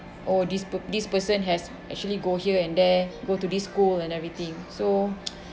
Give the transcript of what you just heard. oh this per~ this person has actually go here and there go to this school and everything so